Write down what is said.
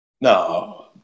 no